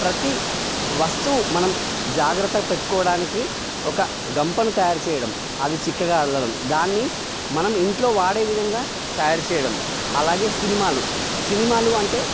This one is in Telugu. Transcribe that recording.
ప్రతీ వస్తువు మనం జాగ్రత్తగా పెట్టుకోవడానికి ఒక గంపను తయారు చేయడం అది చిక్కగా అల్లడం దాన్ని మనం ఇంట్లో వాడే విధంగా తయారు చేయడం అలాగే సినిమాలు సినిమాలు అంటే